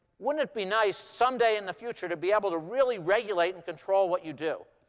wouldn't it be nice, someday in the future, to be able to really regulate and control what you do?